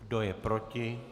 Kdo je proti?